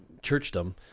churchdom